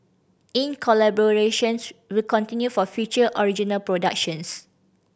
in collaborations will continue for future original productions